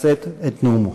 לשאת את נאומו.